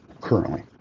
currently